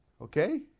okay